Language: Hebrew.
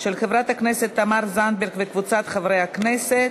עברה בקריאה הטרומית, ועוברת לוועדת החוקה,